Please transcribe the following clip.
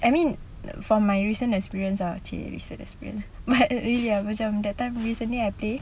I mean from my recent experience ah !chey! recent experience but really lah macam that time recently I play